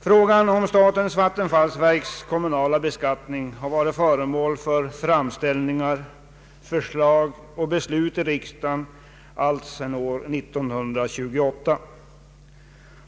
Frågan om statens vattenfallsverks kommunala beskattning har varit föremål för framställningar, förslag och beslut i riksdagen alltsedan 1928.